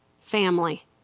family